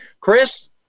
Chris